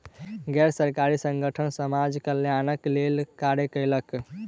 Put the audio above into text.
गैर सरकारी संगठन समाज कल्याणक लेल कार्य कयलक